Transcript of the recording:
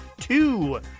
two